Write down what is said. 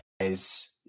guys